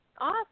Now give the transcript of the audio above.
Awesome